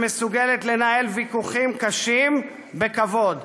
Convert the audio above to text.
שמסוגלת לנהל ויכוחים קשים בכבוד,